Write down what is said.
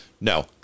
no